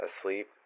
Asleep